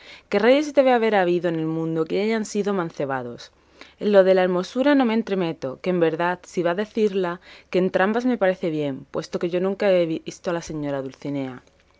que reyes debe de haber habido en el mundo que hayan sido amancebados en lo de la hermosura no me entremeto que en verdad si va a decirla que entrambas me parecen bien puesto que yo nunca he visto a la señora dulcinea